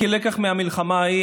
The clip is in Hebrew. כלקח מהמלחמה ההיא,